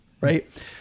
right